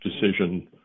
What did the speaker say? decision